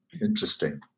interesting